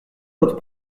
votre